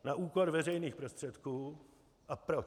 Na úkor veřejných prostředků a proč.